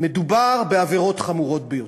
מדובר בעבירות חמורות ביותר.